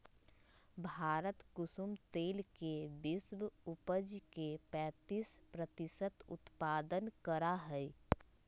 भारत कुसुम तेल के विश्व उपज के पैंतीस प्रतिशत उत्पादन करा हई